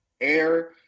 air